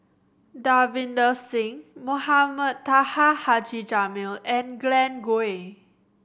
Davinder Singh Mohamed Taha Haji Jamil and Glen Goei